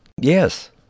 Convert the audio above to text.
Yes